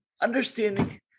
understanding